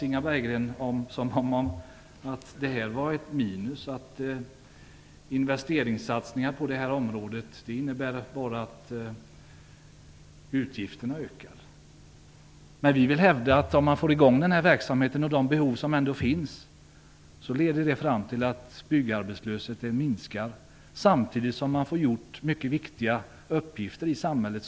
Inga Berggren låtsas som om det var ett minus och att investeringssatsningar på detta område bara innebär att utgifterna ökar. Om man får i gång verksamheten med att tillfredsställa de behov som ändå finns leder det fram till att byggarbetslösheten minskar samtidigt som man får gjort mycket viktiga uppgifter i samhället.